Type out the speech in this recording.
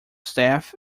staff